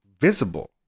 visible